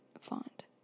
font